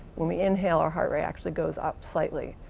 when we inhale our heart rate actually goes up slightly.